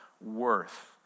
worth